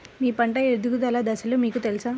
మీ పంట ఎదుగుదల దశలు మీకు తెలుసా?